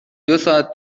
دوساعت